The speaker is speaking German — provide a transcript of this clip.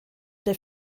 der